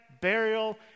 burial